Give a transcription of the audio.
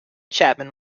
chapman